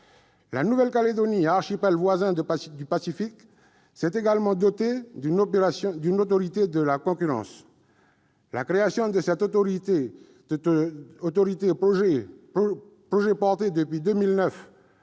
La Nouvelle-Calédonie, archipel voisin du Pacifique, s'est également dotée d'une autorité de la concurrence. La création de cette autorité, projet porté depuis 2009